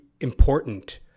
important